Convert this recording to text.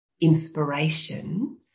inspiration